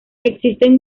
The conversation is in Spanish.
existen